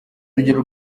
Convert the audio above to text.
urugero